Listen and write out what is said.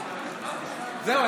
זהו,